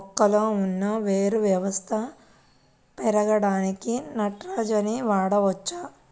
మొక్కలో ఉన్న వేరు వ్యవస్థ పెరగడానికి నత్రజని వాడవచ్చా?